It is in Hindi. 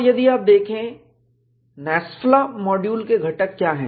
और यदि आप देखें NASFLA मॉड्यूल के घटक क्या हैं